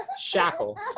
Shackle